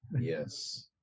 Yes